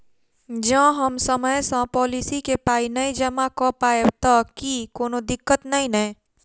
जँ हम समय सअ पोलिसी केँ पाई नै जमा कऽ पायब तऽ की कोनो दिक्कत नै नै?